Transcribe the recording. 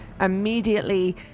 immediately